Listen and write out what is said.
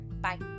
Bye